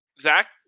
Zach